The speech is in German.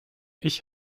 ich